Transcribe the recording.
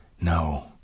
No